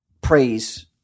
praise